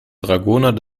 dragoner